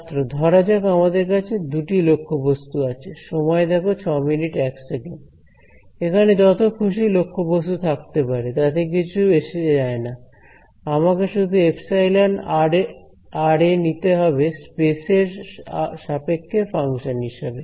ছাত্র ধরা যাক আমাদের কাছে দুটি লক্ষ্যবস্তু আছে এখানে যত খুশি লক্ষ্যবস্তু থাকতে পারে তাতে কিছু এসে যায় না আমাকে শুধু এপসাইলন আর এ নিতে হবে স্পেস এর সাপেক্ষে ফাংশন হিসাবে